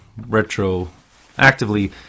retroactively